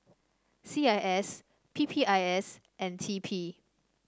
C I S P P I S and T P